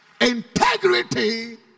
Integrity